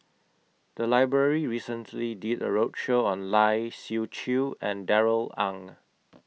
The Library recently did A roadshow on Lai Siu Chiu and Darrell Ang